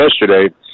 yesterday